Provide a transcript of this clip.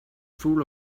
full